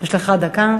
יש לך דקה.